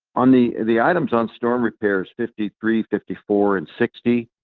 on the the items on storm repairs, fifty three, fifty four and sixty.